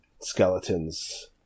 skeletons